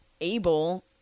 able